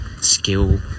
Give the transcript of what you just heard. skill